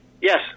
Yes